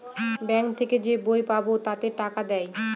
bank থেকে যে বই পাবো তাতে টাকা দেয়